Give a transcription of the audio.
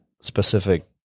specific